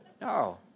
no